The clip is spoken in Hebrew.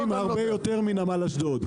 יותר מנמל אשדוד.